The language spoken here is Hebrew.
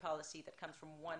גם דב ליפמן נמצא כאן איתנו,